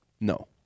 No